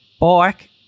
Bike